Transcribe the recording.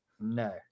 No